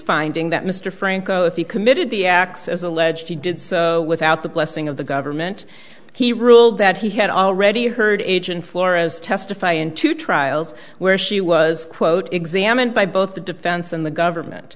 finding that mr franco if he committed the acts as alleged he did so without the blessing of the government he ruled that he had already heard age and flores testify in two trials where she was quote examined by both the defense and the government